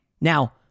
Now